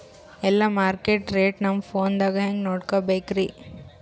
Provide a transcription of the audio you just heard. ಎಲ್ಲಾ market rate ನಮ್ ಫೋನದಾಗ ಹೆಂಗ ನೋಡಕೋಬೇಕ್ರಿ?